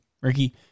Ricky